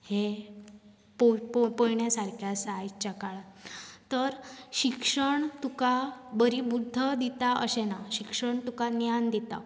हें पळोवपा सारकें आसा आयच्या काळांत तर शिक्षण तुका बरी बुद्ध दिता अशें ना शिक्षण तुका ज्ञान दिता